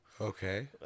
Okay